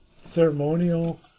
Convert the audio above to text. ceremonial